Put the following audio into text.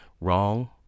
Wrong